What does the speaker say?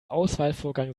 auswahlvorgang